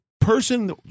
person